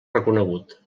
reconegut